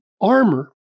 armor